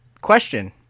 Question